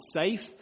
safe